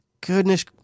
goodness –